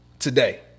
Today